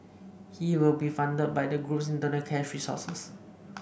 he will be funded by the group's internal cash resources